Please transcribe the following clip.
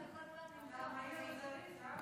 אתה מהיר וזריז.